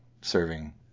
serving